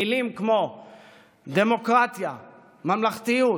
מילים כמו "דמוקרטיה", "ממלכתיות",